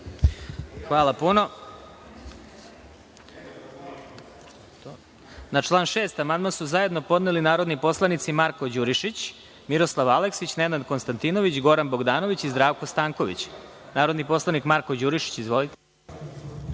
Hvala. Na član 6. amandman su zajedno podneli narodni poslanici Marko Đurišić, Miroslav Aleksić, Nenad Konstantinović, Goran Bogdanović i Zdravko Stanković. Narodni poslanik Marko Đurišić ima reč.